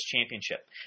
championship